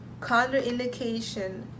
contraindication